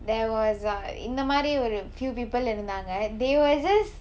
there was a ah இந்த மாரி ஒரு:intha maari oru few people இருந்தாங்க:irunthaanga they were just